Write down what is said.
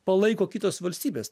palaiko kitos valstybės